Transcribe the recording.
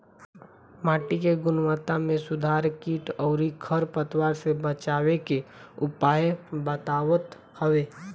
माटी के गुणवत्ता में सुधार कीट अउरी खर पतवार से बचावे के उपाय बतावत हवे